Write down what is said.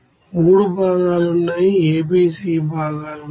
మూడు భాగాలు ఉన్నాయి A B C భాగాలు ఉన్నాయి